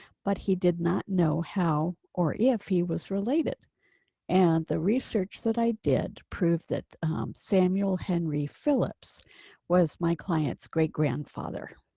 but he did not know how or if he was related and the research that i did proved that samuel henry phillips was my clients, great grandfather